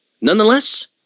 Nonetheless